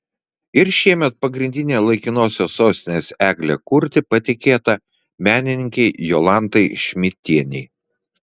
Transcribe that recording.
ir šiemet pagrindinę laikinosios sostinės eglę kurti patikėta menininkei jolantai šmidtienei